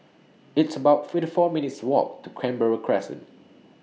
It's about fifty four minutes' Walk to Canberra Crescent